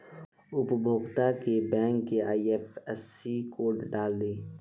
उपभोगता के बैंक के आइ.एफ.एस.सी कोड डाल दी